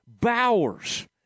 Bowers